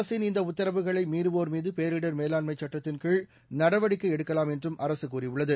அரசின் இந்த உத்தரவுகளை மீறுவோர் மீது பேரிடர் மேலாண்மைச் சட்டத்தின்கீழ் நடவடிக்கை எடுக்கலாம் என்றும் அரசு தெரிவித்துள்ளது